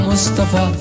Mustafa